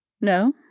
No